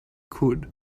could